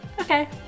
Okay